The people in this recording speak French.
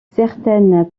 certaines